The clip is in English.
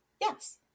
Yes